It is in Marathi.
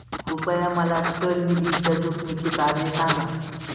कृपया मला चल निधीच्या जोखमीची कारणे सांगा